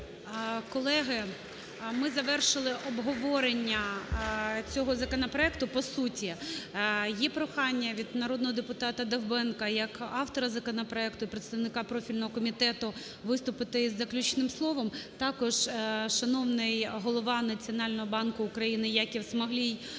Колеги, ми завершили обговорення цього законопроекту по суті. Є прохання від народного депутатаДовбенка як автора законопроекту і представника профільного комітету виступити із заключним словом. Також шановний голова Національного банку України Яків Смолій